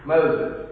Moses